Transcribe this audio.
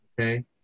Okay